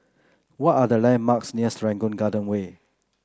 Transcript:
what are the landmarks near Serangoon Garden Way